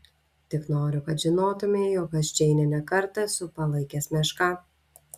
tik noriu kad žinotumei jog aš džeinę ne kartą esu palaikęs meška